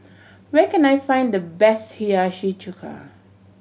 where can I find the best Hiyashi Chuka